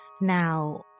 Now